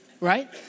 right